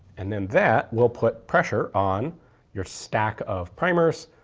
and then that will put pressure on your stack of primers,